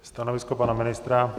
Stanovisko pana ministra?